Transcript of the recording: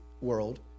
world